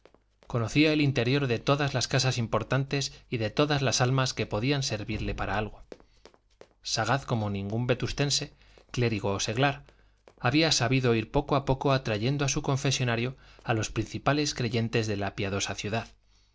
conocía el interior de todas las casas importantes y de todas las almas que podían servirle para algo sagaz como ningún vetustense clérigo o seglar había sabido ir poco a poco atrayendo a su confesonario a los principales creyentes de la piadosa ciudad